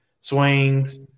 swings